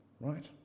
right